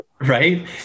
Right